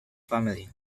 family